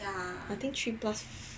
I think three plus